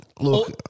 Look